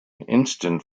instant